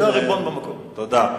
תודה.